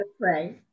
pray